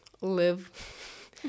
live